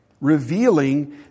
revealing